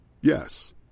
Yes